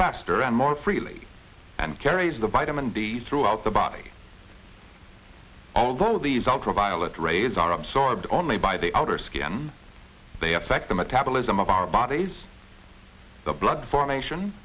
faster and more freely and carries the vitamin d throughout the body although these ultraviolet rays are absorbed only by the outer skin they affect the metabolism of our bodies the blood formation